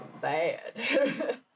bad